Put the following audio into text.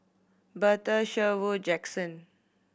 Bertha Sherwood Jaxson